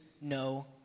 no